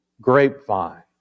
grapevine